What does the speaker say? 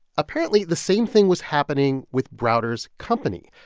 apparently, the same thing was happening with browder's company.